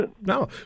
No